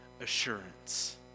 assurance